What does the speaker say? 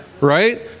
Right